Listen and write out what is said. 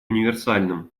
универсальным